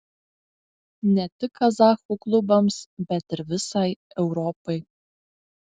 ne tik kazachų klubams bet ir visai europai